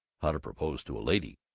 how to propose to a lady.